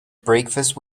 breakfast